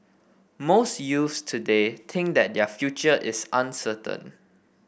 most youths today think that their future is uncertain